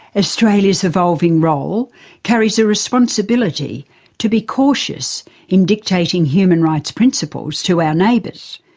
australia's evolving role carries a responsibility to be cautious in dictating human rights principles to our neighbours.